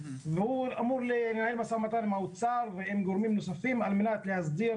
והוא אמור לנהל משא ומתן עם האוצר ועם גורמים נוספים על מנת להסדיר